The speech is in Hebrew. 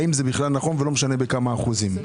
האם זה בכלל נכון, ולא משנה בכמה אחוזים.